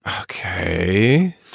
Okay